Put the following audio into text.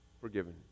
forgiven